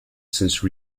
since